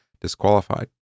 disqualified